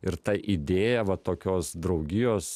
ir ta idėja va tokios draugijos